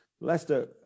Leicester